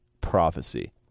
prophecy